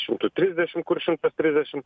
šimtu trisdešimt kur šimtas trisdešimt